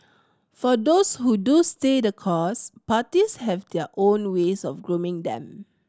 for those who do stay the course parties have their own ways of grooming them